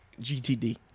GTD